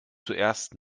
zuerst